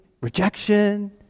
rejection